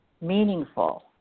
meaningful